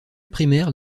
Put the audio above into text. primaire